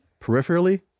peripherally